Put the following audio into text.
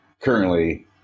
currently